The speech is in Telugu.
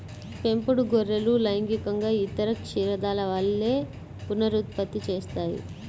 పెంపుడు గొర్రెలు లైంగికంగా ఇతర క్షీరదాల వలె పునరుత్పత్తి చేస్తాయి